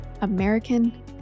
American